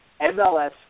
MLS